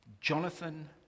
Jonathan